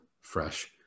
fresh